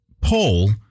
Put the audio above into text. poll